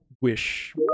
wish